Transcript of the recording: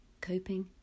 coping